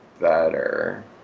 better